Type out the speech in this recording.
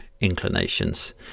inclinations